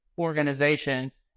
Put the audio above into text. organizations